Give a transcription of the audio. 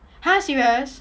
!huh! serious